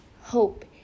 hope